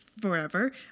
forever